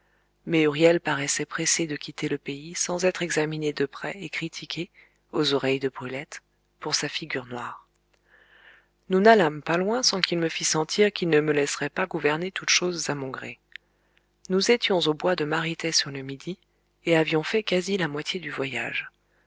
mais huriel paraissait pressé de quitter le pays sans être examiné de près et critiqué aux oreilles de brulette pour sa figure noire nous n'allâmes pas loin sans qu'il me fît sentir qu'il ne me laisserait pas gouverner toutes choses à mon gré nous étions au bois de maritet sur le midi et avions fait quasi la moitié du voyage